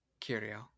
Kiriel